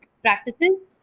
practices